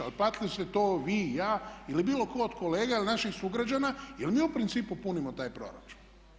Ali platili ste to vi i ja ili bilo tko od kolega ili naših sugrađana jer mi u principu punimo taj proračun.